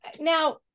Now